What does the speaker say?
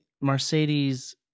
Mercedes